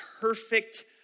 perfect